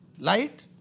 Light